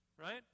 Right